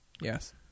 Yes